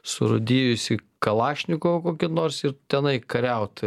surūdijusį kalašnikovą kokį nors ir ten eik kariaut